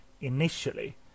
initially